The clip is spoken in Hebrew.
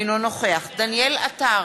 אינו נוכח דניאל עטר,